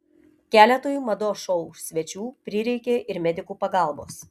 keletui mados šou svečių prireikė ir medikų pagalbos